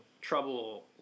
trouble